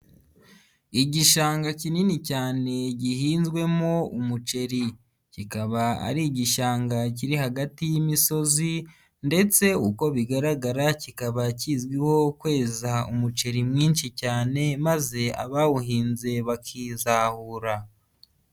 Igishanga kinini cyane gihinzwemo umuceri kikaba ari igishanga kiri hagati y'imisozi ndetse uko bigaragara kikaba kizwiho kweza umuceri mwinshi cyane maze abawuhinze bakizahura.